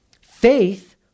Faith